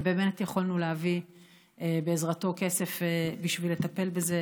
ובאמת יכולנו להביא בעזרתו כסף כדי לטפל בזה,